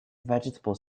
vegetable